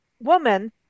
woman